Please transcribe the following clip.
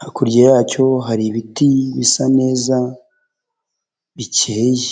hakurya yacyo hari ibiti bisa neza bikeye.